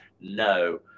no